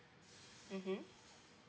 mmhmm